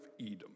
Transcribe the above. Edom